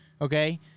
okay